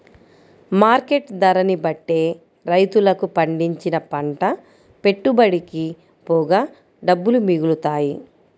market ధరని బట్టే రైతులకు పండించిన పంట పెట్టుబడికి పోగా డబ్బులు మిగులుతాయి